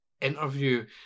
interview